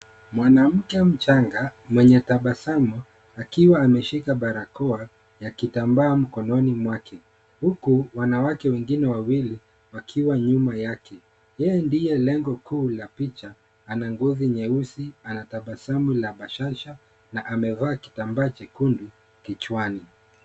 Mwanamke mchanga, mwenye tabasamu, akiwa ameshika balakoa ya kitambaa mkononi mwake, huku wanawake wengine wawili, wakiwa nyuma yake. Yeye ndiye lengo kuu la picha. Ana ngozi nyeusi, anatabasamu la bashasha, na amevaa kitambaa jekundu kichwani.